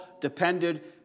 depended